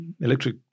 Electric